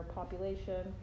population